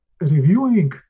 reviewing